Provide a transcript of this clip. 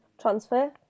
Transfer